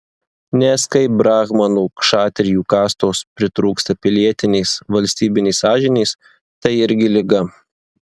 nes kai brahmanų kšatrijų kastos pritrūksta pilietinės valstybinės sąžinės tai irgi liga